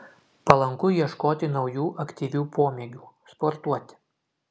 palanku ieškoti naujų aktyvių pomėgių sportuoti